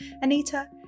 Anita